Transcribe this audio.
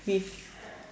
with